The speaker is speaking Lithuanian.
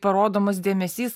parodomas dėmesys